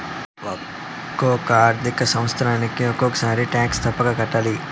ఒక్కో ఆర్థిక సంవత్సరానికి ఒక్కసారి టాక్స్ తప్పక కట్టాలి